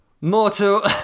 Mortal